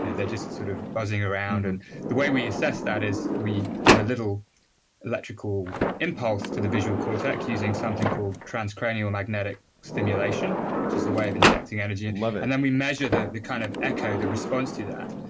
and they're just sort of buzzing around and the way we assess that as we give a little electrical impulse to the visual cortex using something called transcranial magnetic stimulation, which is a way of injecting energy and love it. and then we measure the the kind of echo, the response to that.